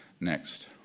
Next